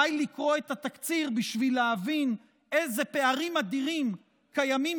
די לקרוא את התקציר בשביל להבין איזה פערים אדירים קיימים